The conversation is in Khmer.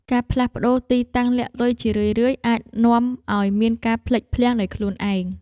ការផ្លាស់ប្តូរទីតាំងលាក់លុយជារឿយៗ អាចនាំឱ្យមានការភ្លេចភ្លាំងដោយខ្លួនឯង។